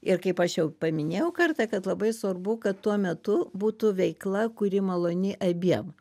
ir kaip aš jau paminėjau kartą kad labai svarbu kad tuo metu būtų veikla kuri maloni abiem